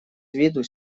виду